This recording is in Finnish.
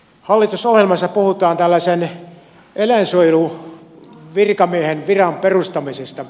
hallitusohjelmassa puhutaan eläinsuojeluvirkamiehen viran perustamisesta